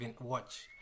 watch